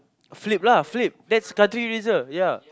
flip lah flip there's country eraser ya